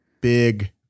Big